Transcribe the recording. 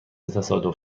تصادف